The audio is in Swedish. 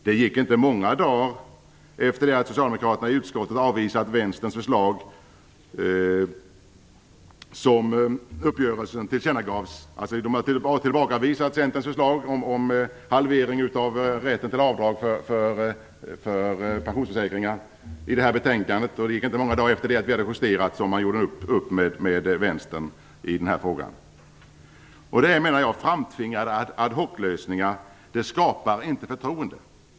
Det gick inte många dagar efter det att socialdemokraterna i utskottet avvisat Vänstern förslag tills uppgörelsen tillkännagavs. Socialdemokraterna i utskottet tillbakavisade i detta betänkande Centerns förslag om en halvering av rätten till avdrag för pensionsförsäkringar. Det gick inte många dagar efter det att det att betänkandet hade justerats tills man gjorde upp med Vänstern i den här frågan. Framtvingade ad-hoc-lösningar skapar inte förtroende.